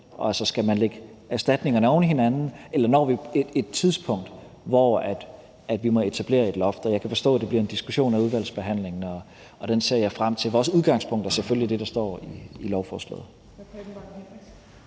skal lægge erstatningerne oveni hinanden, eller om vi når til et niveau, hvor vi må etablere et loft. Jeg kan forstå, at det vil blive diskuteret i udvalgsbehandlingen, og det ser jeg frem til. Vores udgangspunkt er selvfølgelig det, der står i lovforslaget.